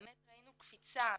באמת ראינו קפיצה,